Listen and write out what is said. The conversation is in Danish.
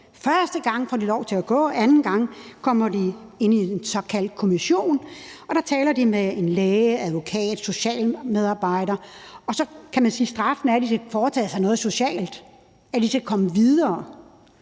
Første gang får de lov til at gå, anden gang kommer de ind i en såkaldt kommission, og der taler de med en læge, advokat og socialmedarbejder, og så kan man sige, at straffen er, at de skal foretage sig noget socialt, så de kan komme videre.